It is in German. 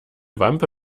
wampe